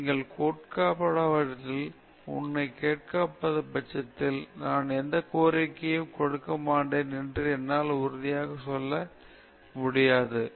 நீங்கள் உண்மையிலேயே மிகவும் ஆழ்ந்த நம்பிக்கை கொண்டால் நீங்கள் கேட்காவிட்டாலும் என்னிடம் கேட்காதபட்சத்தில் நான் எந்தக் கோரிக்கையையும் கொடுக்க மாட்டேன் என்று என்னால் உறுதியாக சொல்ல முடியாது